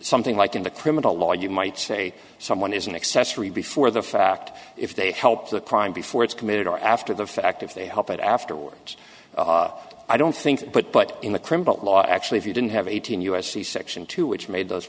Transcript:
something like in the criminal law you might say someone is an accessory before the fact if they help the crime before it's committed or after the fact if they help it afterwards i don't think but but in the criminal law actually if you didn't have a u s c section two which made those